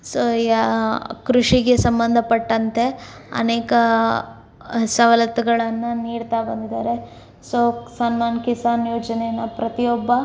so ಯಾ ಕೃಷಿಗೆ ಸಂಬಂಧಪಟ್ಟಂತೆ ಅನೇಕ ಸವಲತ್ತುಗಳನ್ನು ನೀಡ್ತಾ ಬಂದಿದ್ದಾರೆ ಸೋ ಸಮ್ಮಾನ್ ಕಿಸಾನ್ ಯೋಜನೆಯನ್ನು ಪ್ರತಿಯೊಬ್ಬ